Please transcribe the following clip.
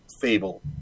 fable